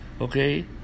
Okay